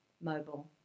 mobile